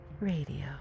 Radio